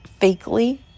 Fakely